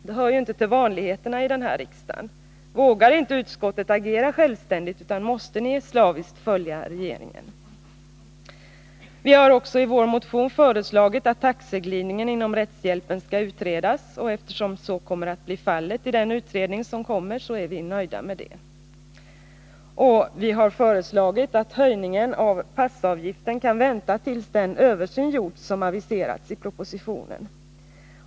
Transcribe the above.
Det hör ju inte till vanligheterna i riksdagen. Vågar inte utskottet agera självständigt, utan måste ni slaviskt följa regeringen? Vi har i vår motion också föreslagit att frågan om taxeglidningen inom | rättshjälpen skall utredas. Eftersom så kommer att bli fallet i och med den Nr 44 utredning som skall tillsättas är vi nöjda med detta. Tisdagen den Vi har föreslagit att höjningen av passavgiften kan vänta tills den översyn 9 december 1980 gjorts som aviseras i propositionen.